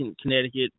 Connecticut